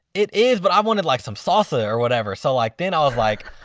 it is but i wanted, like, some salsa or whatever. so like then i was like,